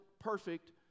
perfect